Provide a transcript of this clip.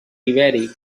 tiberi